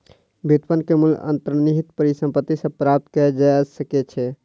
व्युत्पन्न के मूल्य अंतर्निहित परिसंपत्ति सॅ प्राप्त कय जा सकै छै